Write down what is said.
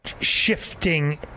shifting